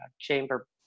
chamber